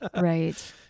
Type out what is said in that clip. Right